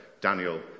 Daniel